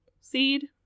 seed